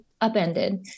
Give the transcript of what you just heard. upended